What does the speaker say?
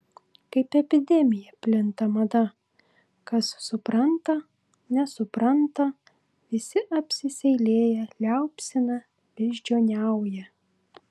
kaip epidemija plinta mada kas supranta nesupranta visi apsiseilėję liaupsina beždžioniauja